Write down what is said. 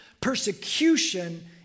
persecution